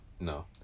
No